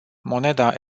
moneda